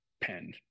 pen